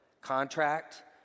Contract